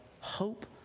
hope